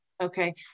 Okay